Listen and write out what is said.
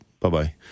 Bye-bye